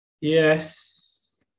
Yes